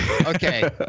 okay